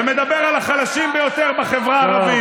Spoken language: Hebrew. ומדבר על החלשים ביותר בחברה הערבית.